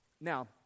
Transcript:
Now